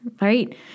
right